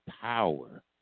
power